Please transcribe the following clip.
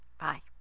bye